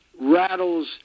rattles